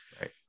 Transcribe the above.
Right